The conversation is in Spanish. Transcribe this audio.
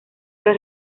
les